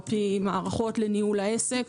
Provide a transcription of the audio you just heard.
ERP. מערכות לניהול העסק.